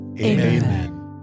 Amen